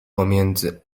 pomiędzy